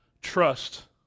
trust